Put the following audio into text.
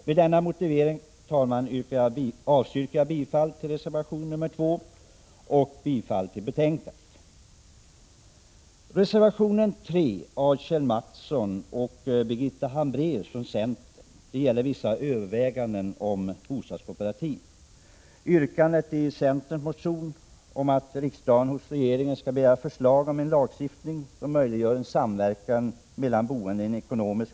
Med denna motivering avstyrker jag bifall till reservation 2 och yrkar bifall till utskottets hemställan.